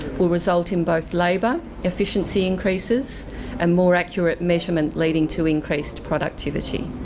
will result in both labour efficiency increases and more accurate measure um and leading to increased productivity.